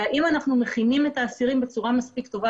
והאם אנחנו מכינים את האסירים בצורה מספיק טובה